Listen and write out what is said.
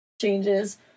changes